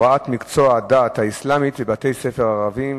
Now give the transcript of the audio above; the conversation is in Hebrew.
הצעה לסדר-היום מס' 1473: הוראת מקצוע הדת האסלאמית בבתי-ספר ערביים.